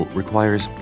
requires